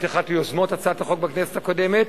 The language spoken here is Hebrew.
היית אחת היוזמות של הצעת החוק בכנסת הקודמת